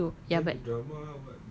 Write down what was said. nanti I tak boleh tidur ya but